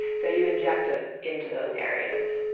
so you inject it into those areas